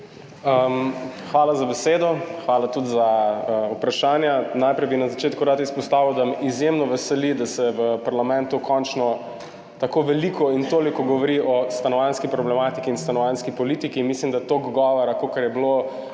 Hvala za besedo. Hvala tudi za vprašanja. Najprej bi na začetku rad izpostavil, da me izjemno veseli, da se v parlamentu končno veliko govori o stanovanjski problematiki in stanovanjski politiki. Mislim, da toliko govora, kolikor ga je bilo